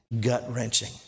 gut-wrenching